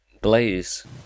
Blaze